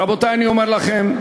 רבותי, אני אומר לכם,